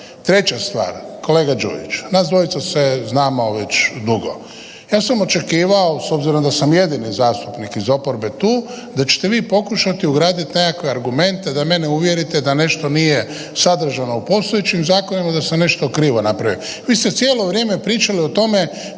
Treća stvar, kolega Đujić, nas dvojica se znamo već dugo. Ja sam očekivao, s obzirom da sam jedini zastupnik iz oporbe tu, da ćete vi pokušati ugraditi nekakve argumente da mene uvjerite da nešto nije sadržano u postojećim zakonima, da sam nešto krivo napravio. Vi ste cijelo vrijeme pričali o tome